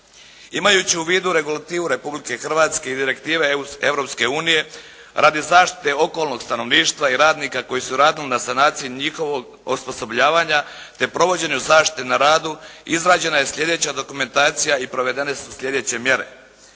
Imajući u vidu regulativu Republike Hrvatske i direktive Europske unije radi zaštite okolnog stanovništva i radnika koji su radili na sanaciji njihovog osposobljavanja, te provođenju zaštite na radu izrađena je slijedeća dokumentacija i provedene su slijedeće mjere.